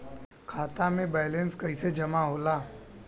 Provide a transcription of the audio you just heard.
खाता के वैंलेस कइसे जमा होला?